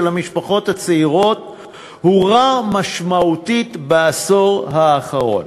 המשפחות הצעירות עורער משמעותית בעשור האחרון.